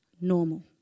normal